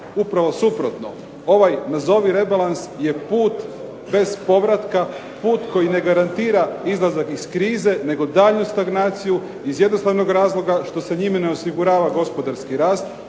Upravo suprotno. Ovaj nazovi rebalans je put bez povratka, put koji ne garantira izlazak iz krize, nego daljnju stagnaciju iz jednostavnog razloga što se njime ne osigurava gospodarski rast,